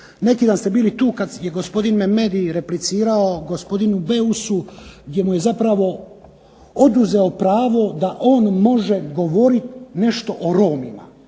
Neki dan ste bili tu kad je gospodin Memedi replicirao gospodinu Beusu gdje mu je zapravo oduzeo pravo da on može govorit nešto o Romima.